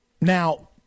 now